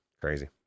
Crazy